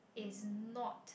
is not